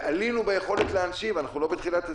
ועלינו ביכולת להנשים, אנחנו לא בהתחלה.